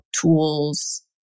tools